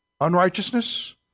Unrighteousness